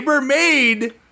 made